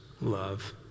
love